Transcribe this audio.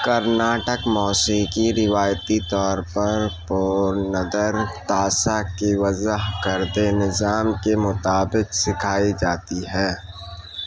کرناٹک موسیقی روایتی طور پر پورندر داسا کے وضع کردہ نظام کے مطابق سکھائی جاتی ہے